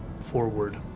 forward